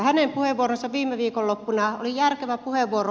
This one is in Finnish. hänen puheenvuoronsa viime viikonloppuna oli järkevä puheenvuoro